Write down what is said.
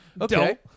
Okay